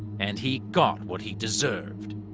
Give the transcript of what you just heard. and he got what he deserved.